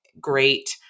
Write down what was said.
Great